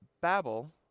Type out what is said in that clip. Babel